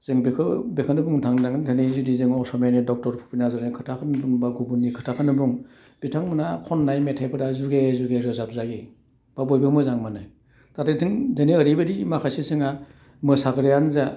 जों बेखौ बेखौनो बुंनो थाङोदां होन्नानै जुदि जों अस'मियानि डक्टर भुफेन हाजरिखानि खोथाखौनो बुं बा गुबुनि खोथाखौनो बुं बिथां मोना खन्नाय मेथाइफोरा जुगे जुगे रोजाब जायो बा बयबो मोजां मोनो जाहाथे जों जोंनिया ओरैबायदि माखासे जोंहा मोसाग्रायानो जा